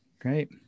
great